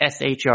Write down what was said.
SHR